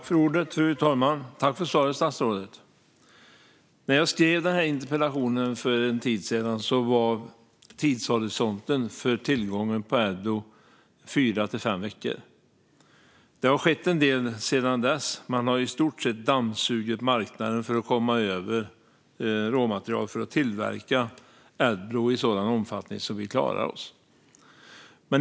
Fru talman! Tack, statsrådet, för svaret! När jag skrev interpellationen för en tid sedan var tidshorisonten för tillgången på Adblue fyra till fem veckor. Det har skett en del sedan dess. Man har i stort sett dammsugit marknaden för att komma över råmaterial för att tillverka Adblue i en sådan omfattning att vi klarar oss.